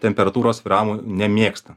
temperatūros svyravimų nemėgsta